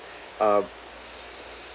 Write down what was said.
uh